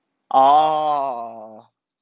oh